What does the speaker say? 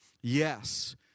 Yes